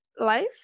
life